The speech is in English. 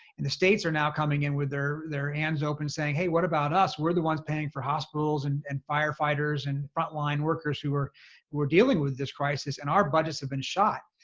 and the states are now coming in with their their hands open saying, hey, what about us? we're the ones paying for hospitals and and firefighters and frontline workers who are dealing with this crisis and our budgets have been shot.